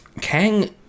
Kang